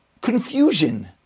Confusion